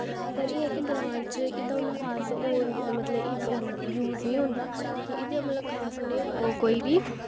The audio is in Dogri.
पर एह् ऐ जे ग्रांऽ च ओह्दा इन्ना होर मतलव कि यूज नी होंदा क् एह्दा मतलव खास कोई उनें कोई बी